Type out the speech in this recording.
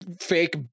fake